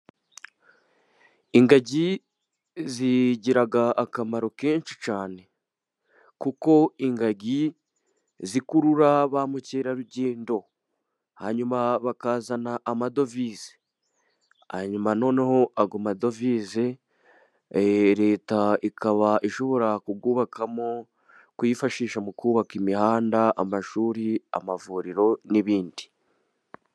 Ingagi zigira akamaro kenshi cyane, kuko ingagi zikurura ba mukerarugendo hanyuma bakazana amadovize, hanyuma noneho ayo madovize, Leta ikaba ishobora kuyubakamo kuyifashisha mu kubaka imihanda, amashuri, amavuriro n'ibindi.